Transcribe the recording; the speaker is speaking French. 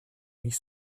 riz